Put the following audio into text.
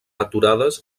aturades